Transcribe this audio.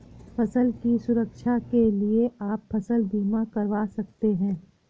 फसल की सुरक्षा के लिए आप फसल बीमा करवा सकते है